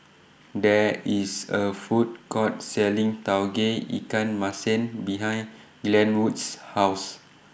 There IS A Food Court Selling Tauge Ikan Masin behind Glenwood's House